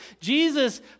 Jesus